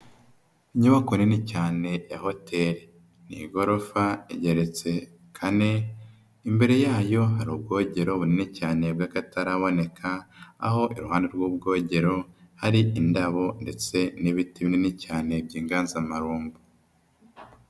Inyubako nini cyane ya hoteri. Ni igorofa igeretse kane, imbere yayo hari ubwogero bunini cyane bw'akataraboneka, aho iruhande rw'ubwogero, hari indabo ndetse n'ibiti binini cyane by'inganzamarumbu.